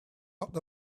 out